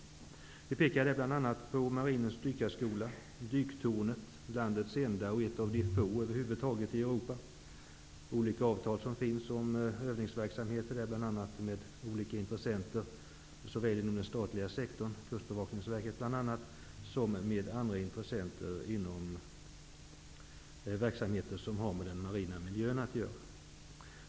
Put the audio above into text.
Jag pekar bl.a. på marinens dykarskola samt landets enda dyktorn, ett av de få som finns i Europa. Avtal finns om övningsverksamhet såväl med olika intressenter inom den statliga sektorn, Kustbevakningen bl.a., som med andra intressenter inom verksamheter som har med den marina miljön att göra.